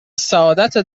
سعادتت